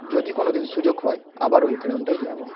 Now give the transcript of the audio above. যদি কোনও দিন সুযোগ পাই আবার ওই গ্রামটায় যাবো